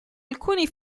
alcuni